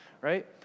right